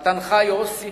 חתנך יוסי,